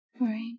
Right